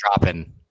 dropping